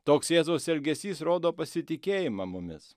toks jėzaus elgesys rodo pasitikėjimą mumis